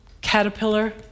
caterpillar